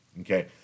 okay